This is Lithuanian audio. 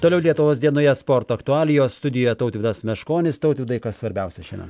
toliau lietuvos dienoje sporto aktualijos studijoje tautvydas meškonis tautvydai kas svarbiausia šiandien